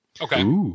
Okay